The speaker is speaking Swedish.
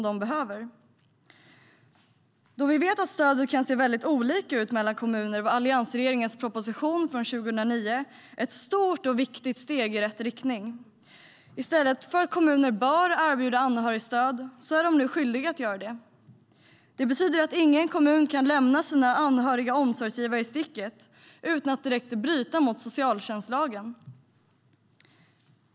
Då stödet kan se väldigt olika ut mellan kommuner var alliansregeringens proposition från 2009 ett stort och viktigt steg i rätt riktning. I stället för att kommuner bör erbjuda anhörigstöd är de nu skyldiga att göra det. Ingen kommun kan lämna sina anhöriga omsorgsgivare i sticket utan att direkt bryta mot socialtjänstlagen.